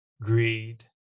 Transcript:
greed